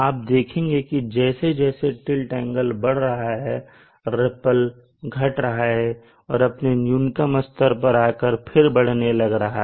आप देखेंगे कि जैसे जैसे टिल्ट एंगल बढ़ रहा है रिप्पल घट रहा है और अपने न्यूनतम अस्तर पर आकर फिर बढ़ने लग रहा है